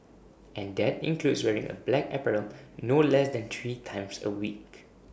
and that includes wearing A black apparel no less than three times A week